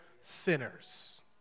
Sinners